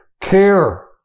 care